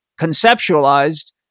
conceptualized